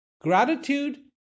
Gratitude